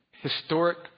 historic